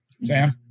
Sam